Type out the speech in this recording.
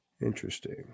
Interesting